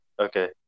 Okay